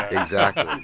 exactly